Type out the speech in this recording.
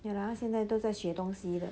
K lah 他现在都在学东西了